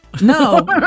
no